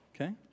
Okay